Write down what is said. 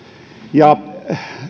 ja